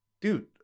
dude